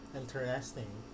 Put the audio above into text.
interesting